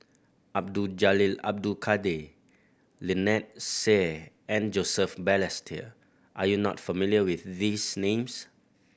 Abdul Jalil Abdul Kadir Lynnette Seah and Joseph Balestier are you not familiar with these names